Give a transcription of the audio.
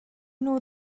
nhw